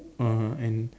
uh and